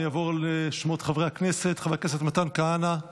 אני אעבור על שמות חברי הכנסת: חבר הכנסת מתן כהנא,